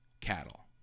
cattle